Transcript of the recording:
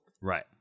Right